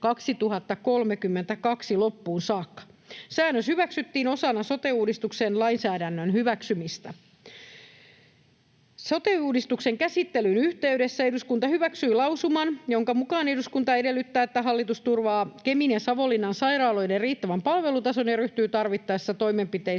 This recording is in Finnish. Säännös hyväksyttiin osana sote-uudistuksen lainsäädännön hyväksymistä. Sote-uudistuksen käsittelyn yhteydessä eduskunta hyväksyi lausuman, jonka mukaan eduskunta edellyttää, että hallitus turvaa Kemin ja Savonlinnan sairaaloiden riittävän palvelutason ja ryhtyy tarvittaessa toimenpiteisiin